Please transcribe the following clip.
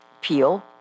peel